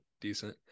decent